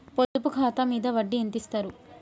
పొదుపు ఖాతా మీద వడ్డీ ఎంతిస్తరు?